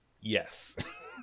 yes